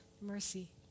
mercy